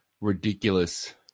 Ridiculous